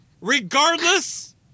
Regardless